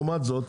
לעומת זאת,